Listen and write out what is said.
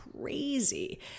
crazy